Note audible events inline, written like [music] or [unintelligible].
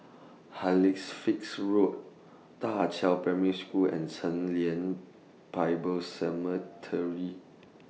[unintelligible] Road DA Qiao Primary School and Chen Lien Bible [unintelligible]